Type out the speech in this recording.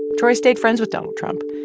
troy stayed friends with ah with trump.